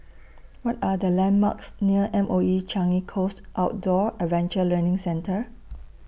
What Are The landmarks near M O E Changi Coast Outdoor Adventure Learning Centre